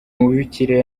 mubikira